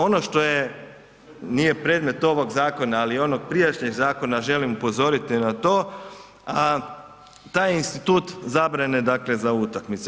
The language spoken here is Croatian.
Ono što je, nije predmet ovog zakona, ali ono g prijašnjeg zakona želim upozoriti na to, a taj institut zabrane dakle za utakmice.